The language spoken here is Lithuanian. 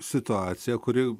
situaciją kuri